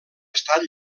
estat